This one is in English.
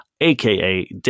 aka